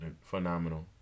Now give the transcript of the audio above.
phenomenal